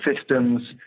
systems